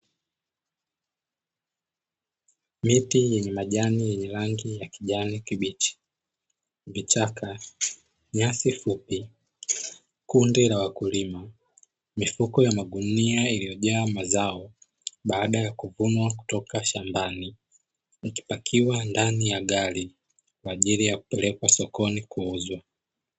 Miti yenye majani yenye rangi ya kijani kibichi, vichaka, nyasi fupi, kundi la wakulima, mifuko ya magunia iliyojaa mazao baada ya kuvunwa kutoka shambani, yakipakiwa ndani ya gari kwa ajili ya kupelekwa sokoni kuuzwa.